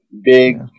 big